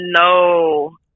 No